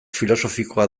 filosofikoa